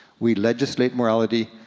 we legislate morality,